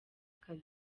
akazi